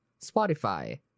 Spotify